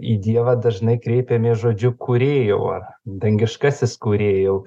į dievą dažnai kreipiamės žodžiu kūrėjau ar dangiškasis kūrėjau